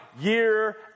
year